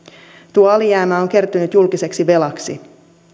tuo alijäämä on kertynyt julkiseksi velaksi